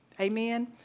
Amen